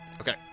Okay